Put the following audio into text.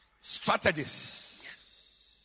Strategies